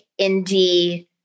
indie